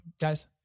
guys